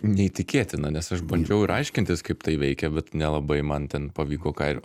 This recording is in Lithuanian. neįtikėtina nes aš bandžiau ir aiškintis kaip tai veikia bet nelabai man ten pavyko ką ir